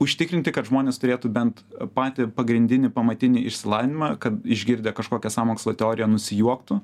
užtikrinti kad žmonės turėtų bent patį pagrindinį pamatinį išsilavinimą kad išgirdę kažkokią sąmokslo teoriją nusijuoktų